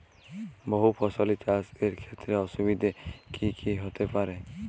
বহু ফসলী চাষ এর ক্ষেত্রে অসুবিধে কী কী হতে পারে?